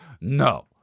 No